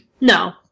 No